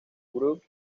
group